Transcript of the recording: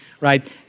right